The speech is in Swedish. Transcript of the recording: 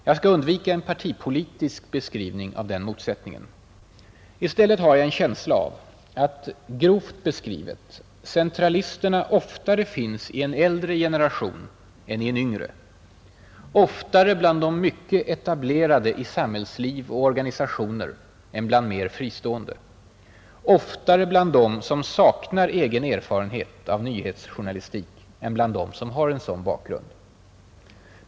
Jag skall undvika en partipolitisk beskrivning av den motsättningen. I stället har jag en känsla av att, grovt beskrivet, centralisterna oftare finns i en äldre generation än i en yngre, oftare bland de mycket etablerade i samhällsliv och organisationer än bland de mer fristående, oftare bland dem som saknar egen erfarenhet av nyhetsjournalistik än bland dem som har en sådan bakgrund.